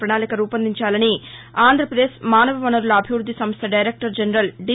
ప్రణాళిక రూపొందించాలని ఆంధ్రప్రదేశ్ మానవ వనరుల అభివృద్ధి సంస్థ దైరెక్టర్ జనరల్ ది